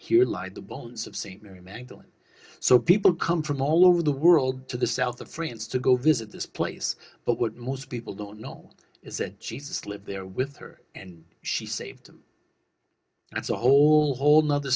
here lie the bones of st mary magdalene so people come from all over the world to the south of france to go visit this place but what most people don't know is that jesus lived there with her and she saved him that's a whole nother